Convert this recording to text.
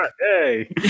Hey